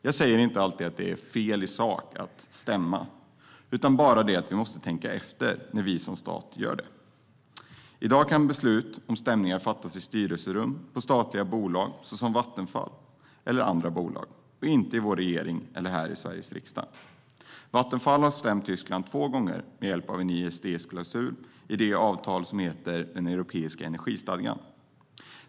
Jag säger inte att det alltid är fel i sak att stämma utan bara att vi måste tänka efter när vi som stat gör det. I dag kan beslut om stämningar fattas i styrelserum på statliga bolag såsom Vattenfall men inte i vår regering eller här i Sveriges riksdag. Vattenfall har stämt Tyskland två gånger med hjälp av en ISDS-klausul i det avtal som heter Europeiska energistadgan.